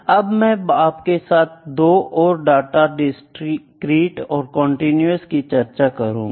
अब मैं आपके साथ दो ओर डाटा डिस्ट्रिक्ट व कंटीन्यूअस की चर्चा करूंगा